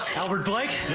albert blake?